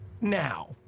now